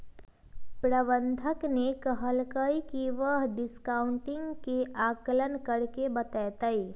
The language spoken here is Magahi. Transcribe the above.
प्रबंधक ने कहल कई की वह डिस्काउंटिंग के आंकलन करके बतय तय